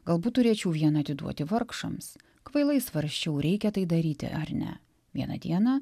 galbūt turėčiau vieną atiduoti vargšams kvailai svarsčiau reikia tai daryti ar ne vieną dieną